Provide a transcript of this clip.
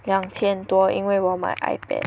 两千多因为我买 Ipad